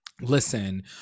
listen